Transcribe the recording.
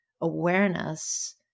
awareness